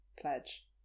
pledge